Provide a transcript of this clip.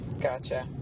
gotcha